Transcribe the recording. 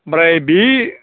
ओमफ्राय बे